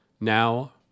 Now